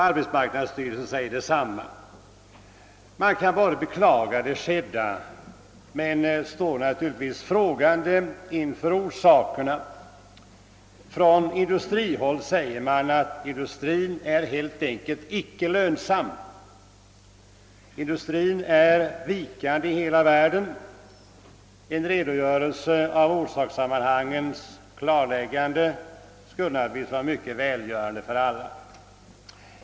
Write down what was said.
Arbetsmarknadsstyrelsen sade sedan detsamma. Man kan beklaga det skedda men står naturligtvis frågande inför orsakerna. Från industrihåll säger man att industrin helt enkelt inte är lönsam. Konjunkturerna för denna industri är vi kande i hela världen. En redogörelse för orsakssammanhangen skulle naturligtvis vara mycket välgörande för alla.